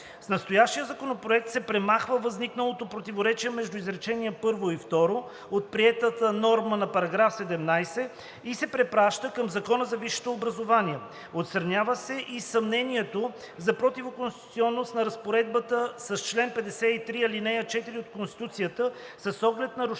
С настоящия законопроект се премахва възникналото противоречие между изречения първо и второ от приетата норма на § 17 и се препраща към Закона за висшето образование. Отстранява се и съмнението за противоконституционност на разпоредбата с чл. 53, ал. 4 от Конституцията с оглед нарушаване